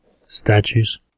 Statues